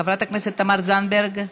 חברת הכנסת תמר זנדברג,